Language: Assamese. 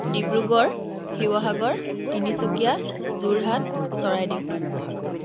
ডিব্ৰুগড় শিৱসাগৰ তিনিচুকীয়া যোৰহাট চৰাইদেউ